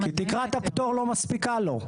תקרת הפטור לא מספיקה לו.